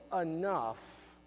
enough